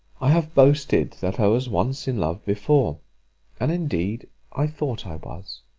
i have boasted that i was once in love before and indeed i thought i was.